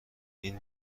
این